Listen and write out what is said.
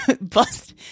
bust